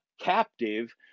captive